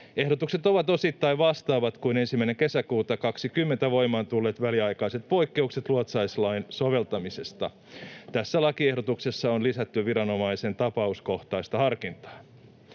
Ehdotukset ovat osittain vastaavat kuin 1. kesäkuuta 20 voimaan tulleet väliaikaiset poikkeukset luotsauslain soveltamisesta. Tässä lakiehdotuksessa on lisätty viranomaisen tapauskohtaista harkintaa.